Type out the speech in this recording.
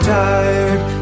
tired